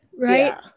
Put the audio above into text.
Right